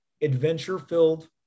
adventure-filled